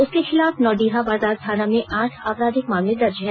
उसर्क खिलाफ नौडीहा बाजार थाना में आठ अपराधिक मामले दर्ज हैं